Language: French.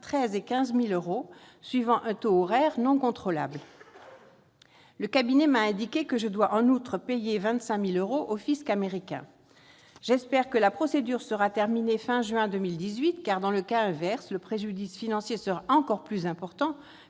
000 et 15 000 euros suivant un taux horaire non contrôlable. [...] Le cabinet m'a indiqué que je dois en outre payer 25 000 euros au fisc américain. [...]« J'espère que la procédure sera terminée fin juin 2018 car, dans le cas inverse, le préjudice financier sera encore plus important